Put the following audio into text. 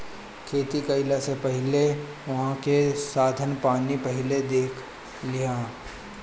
खेती कईला से पहिले उहाँ के साधन पानी पहिले देख लिहअ